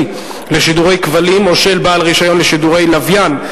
לשידורי כבלים או של בעל רשיון לשידורי לוויין,